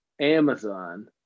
Amazon